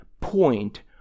point